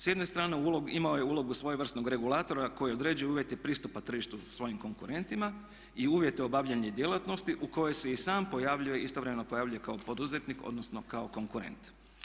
S jedne strane imao je ulogu svojevrsnog regulatora koji određuje uvjete pristupa tržištu svojim konkurentima i uvjete obavljanja djelatnosti u kojoj se i sam pojavljuje, istovremeno pojavljuje kao poduzetnik odnosno kao konkurent.